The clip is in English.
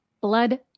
blood